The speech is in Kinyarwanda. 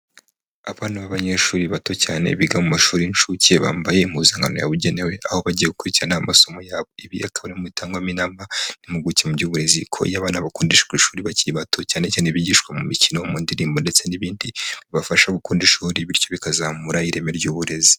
Abana b'abanyeshuri bato cyane biga mu mashuri y'incuke, bambaye impuzankano yabugenewe, aho bagiye gukurikirana amasomo yabo, ibi akaba ari mu bitangwamo inama n'impuguke mu by'uburezi, ko iyo abana bakundishwa ishuri bakiri bato, cyane cyane bigishwa mu mikino, mu ndirimbo, ndetse n'ibindi bibafasha gukunda ishuri, bityo bikazamura ireme ry'uburezi.